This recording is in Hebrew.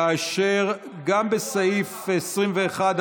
כאשר גם בסעיף 21,